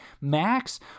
Max